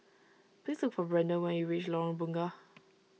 please look for Brandan when you reach Lorong Bunga